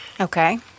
Okay